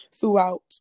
throughout